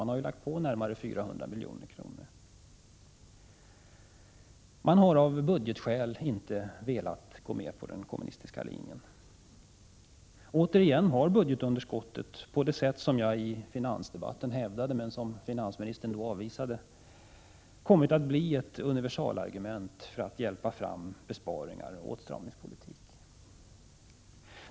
Man har ju lagt på närmare 400 milj.kr. Av budgetskäl har man inte velat acceptera den kommunistiska linjen. Återigen har budgetunderskottet — som jag hävdade i finansdebatten — kommit att bli ett universalargument för att hjälpa fram besparingar och åtstramningspolitik.